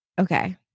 okay